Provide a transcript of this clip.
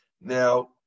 Now